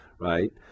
right